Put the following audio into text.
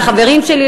לחברים שלי,